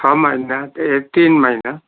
छ महिना ए तिन महिना